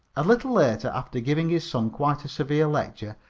a little later, after giving his son quite a severe lecture,